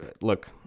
look